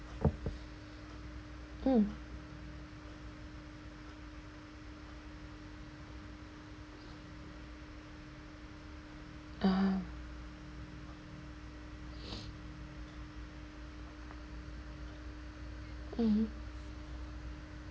mm ah mmhmm